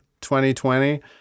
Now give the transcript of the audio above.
2020